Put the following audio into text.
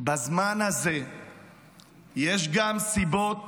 בזמן הזה יש גם סיבות